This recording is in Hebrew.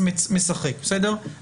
בסדר.